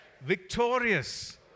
victorious